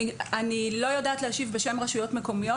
אני לא יודעת בשם רשויות מקומיות.